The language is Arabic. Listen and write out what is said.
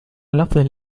الأفضل